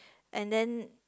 and then